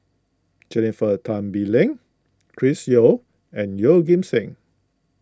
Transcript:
Jennifer Tan Bee Leng Chris Yeo and Yeoh Ghim Seng